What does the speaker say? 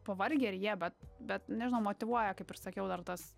pavargę ir jie bet bet nežinau motyvuoja kaip ir sakiau dar tas